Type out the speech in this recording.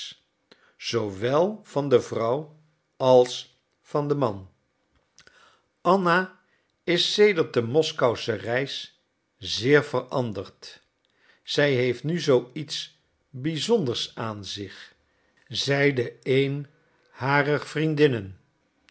zoowel van de vrouw als van den man anna is sedert de moskousche reis zeer veranderd zij heeft nu zoo iets bizonders aan zich zeide een harer vriendinnen